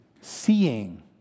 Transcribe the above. seeing